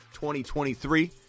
2023